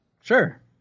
Sure